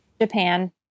Japan